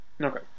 Okay